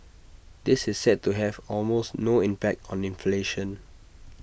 this is set to have almost no impact on inflation